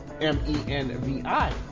M-E-N-V-I